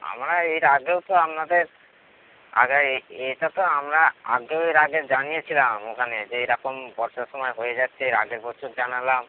আমরা এর আগেও তো আপনাদের আগে এ এটা তো আমরা আগে এর আগে জানিয়ে ছিলাম ওখানে যে এরাকম বর্ষার সমায় হয়ে যাচ্ছে এর আগের বছর জানালাম